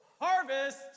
Harvest